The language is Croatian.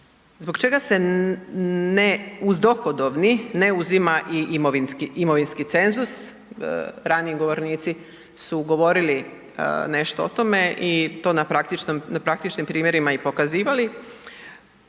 zbog čega se ne uz dohodovni ne uzima i imovinski cenzus. Raniji govornici su govorili nešto o tome i to na praktičnim primjerima pokazivali.